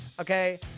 okay